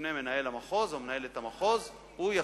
בפני מנהל המחוז או מנהלת המחוז,